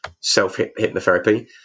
self-hypnotherapy